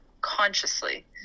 consciously